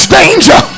danger